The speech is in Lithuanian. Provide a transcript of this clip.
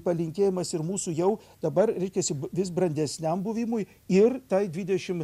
palinkėjimas ir mūsų jau dabar reiškiasi vis brandesniam buvimui ir tai dvidešim